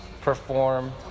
perform